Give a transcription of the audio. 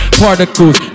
particles